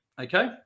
Okay